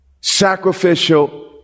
sacrificial